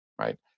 right